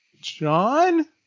John